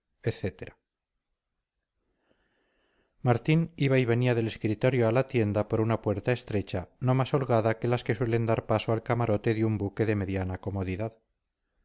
etcétera martín iba y venía del escritorio a la tienda por una puerta estrecha no más holgada que las que suelen dar paso al camarote de un buque de mediana comodidad